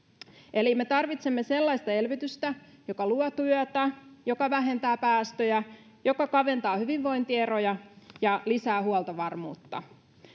eli me tarvitsemme sellaista elvytystä joka luo työtä joka vähentää päästöjä joka kaventaa hyvinvointieroja ja joka lisää huoltovarmuutta